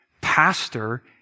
Pastor